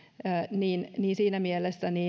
niin niin siinä mielessä